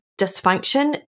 dysfunction